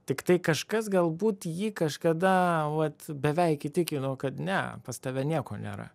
tiktai kažkas galbūt jį kažkada vat beveik įtikino kad ne pas tave nieko nėra